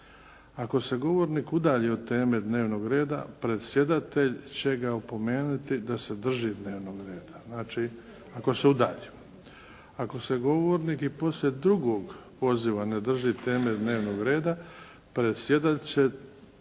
Ako se govornik udalji od teme dnevnog reda predsjedatelj će ga opomenuti da se drži dnevnog reda. Znači ako se udalji. Ako se govornik i poslije drugog poziva ne drži teme dnevnog reda, predsjedatelj će